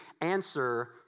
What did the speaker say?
answer